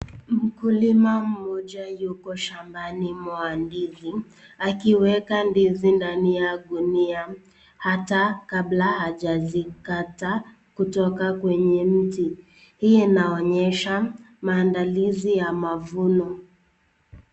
Mkulima mmoja yuko shambani mwa ndizi akiweka ndizi ndani ya gunia ata kabla hajazikata kutoka kwenye mti. Hii inaonyesha maandalizi ya mavuno.